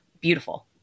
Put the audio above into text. beautiful